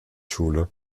schule